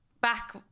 back